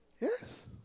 Yes